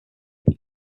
many